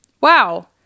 wow